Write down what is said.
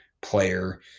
player